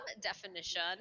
definition